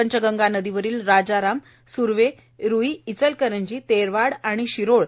पंचगंगा नदीवरील राजारामए स्वेर् रुईए इचलकरंजीए तेरवाड आणि शिरोळ